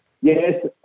Yes